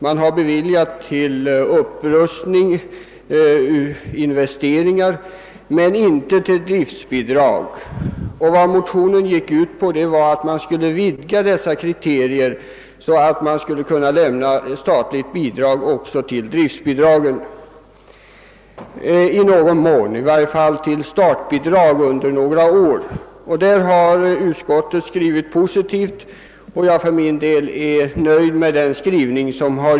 Man har beviljat medel till upprustning och investeringar men inte något driftbidrag. I motionen föreslogs att man skulle vidga dessa kriterier så att staten skulle kunna ge också driftbidrag eller i varje fall startbidrag under några år. Utskottets skrivning på denna punkt är positiv, och jag är för min del nöjd med den.